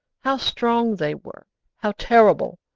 how strong they were how terrible!